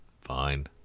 Fine